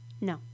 No